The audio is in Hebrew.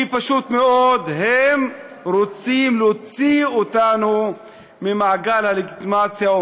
כי פשוט מאוד הם רוצים להוציא אותנו ממעגל הלגיטימציה,